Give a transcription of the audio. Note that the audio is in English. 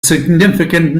significant